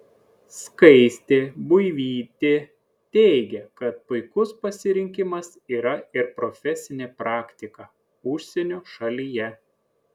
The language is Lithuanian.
skaistė buivytė teigia kad puikus pasirinkimas yra ir profesinė praktika užsienio šalyje